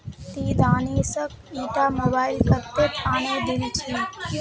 ती दानिशक ईटा मोबाइल कत्तेत आने दिल छि